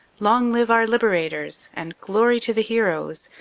long live our liberators, and glory to the heroes,